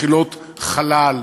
מכילות חלל,